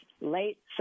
late